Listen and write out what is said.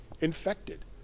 infected